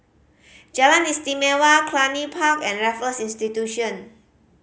Jalan Istimewa Cluny Park and Raffles Institution